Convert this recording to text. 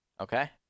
okay